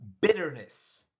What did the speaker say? bitterness